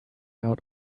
out